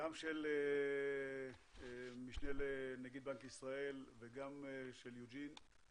גם של המשנה לנגיד בנק ישראל וגם של יוג'ין,